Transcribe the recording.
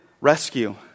rescue